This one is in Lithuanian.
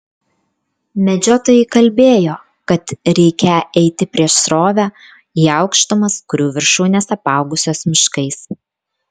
medžiotojai kalbėjo kad reikią eiti prieš srovę į aukštumas kurių viršūnės apaugusios miškais